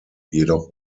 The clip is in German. jedoch